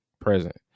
present